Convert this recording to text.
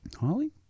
Holly